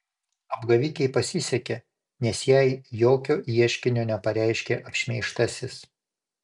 apgavikei pasisekė nes jai jokio ieškinio nepareiškė apšmeižtasis